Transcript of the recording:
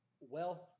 wealth